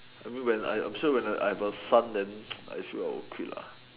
I mean when I I'm sure when I I have son then I sure I will quit lah